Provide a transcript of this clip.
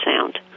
sound